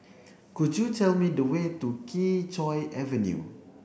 could you tell me the way to Kee Choe Avenue